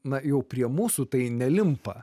na jau prie mūsų tai nelimpa